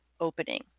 opening